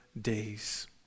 days